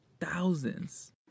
thousands